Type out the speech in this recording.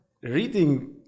reading